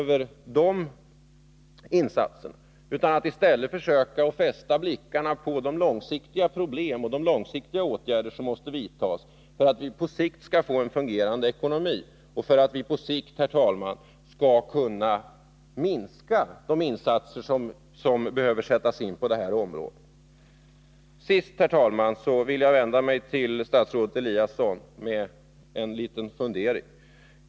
Vi let fästa blicken på de långsiktiga problemen och de åtgärder som krävs för att vi skall få en fungerande ekonomi och därmed minskande kortsiktiga insatser på det arbetsmarknadspolitiska området. Sist, herr talman, vill jag vända mig till statsrådet Eliasson med en liten fundering.